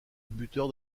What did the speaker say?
buteur